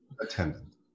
Attendant